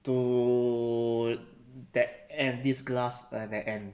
to that end this glass like the end